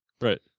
Right